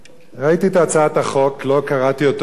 ראיתי את הצעת החוק, לא קראתי את כולה.